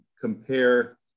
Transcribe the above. compare